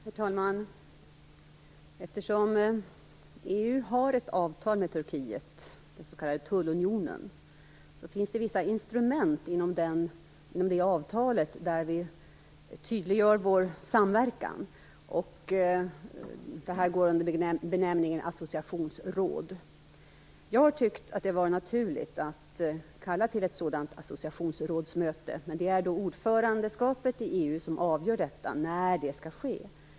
Fru talman! Eftersom EU har ett avtal med Turkiet - den s.k. tullunionen - finns det vissa instrument där vi tydliggör vår samverkan, vilken går under benämningen associationsråd. Jag har funnit det naturligt att kalla till ett sådant associationsrådsmöte, men det är ordförandeskapet i EU som avgör när detta skall ske.